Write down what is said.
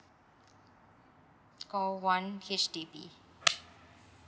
call one H_D_B